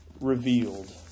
revealed